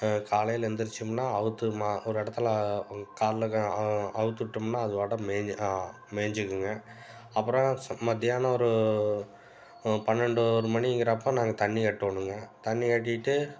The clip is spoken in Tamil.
காலையில் எந்திரிச்சோம்னால் அவுழ்த்து மா ஒரு இடத்துல காலைல அவுழ்த்து விட்டோம்னால் அது பாட்டை மேய்ஞ்சி மேய்ஞ்சிக்குங்க அப்புறம் மத்தியானம் ஒரு பன்னெண்டு ஒரு மணிங்கிறப்போ நாங்கள் தண்ணி காட்டணுங்க தண்ணி கட்டிட்டு